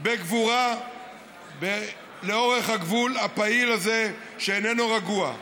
בגבורה לאורך הגבול הפעיל הזה, שאיננו רגוע,